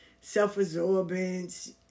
self-absorbance